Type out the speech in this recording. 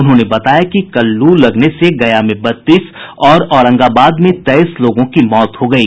उन्होंने बताया कि कल लू लगने से गया में बत्तीस और औरंगाबाद में तेईस लोगों की मौत हो गयी